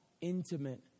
intimate